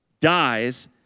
dies